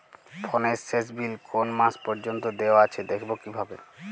ফোনের শেষ বিল কোন মাস পর্যন্ত দেওয়া আছে দেখবো কিভাবে?